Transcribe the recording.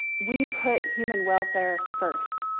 we put human welfare first.